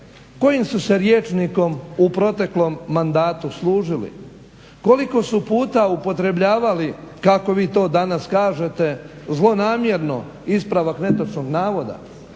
kojim su se rječnikom u proteklom mandatu služili. Koliko su puta upotrebljavali kako vi to danas kažete zlonamjerno ispravak netočnog navoda.